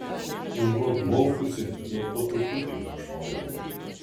užuot maukusi jau po truputį gurkšnojau